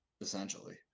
essentially